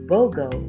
Bogo